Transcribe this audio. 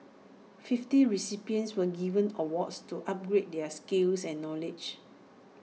fifty recipients were given awards to upgrade their skills and knowledge